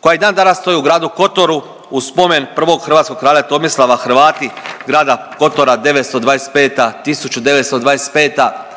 koja i dan danas stoji u gradu Kotoru u spomen prvog hrvatskog kralja Tomislava Hrvati grada Kotora 925., 1925.